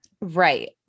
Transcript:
Right